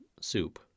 soup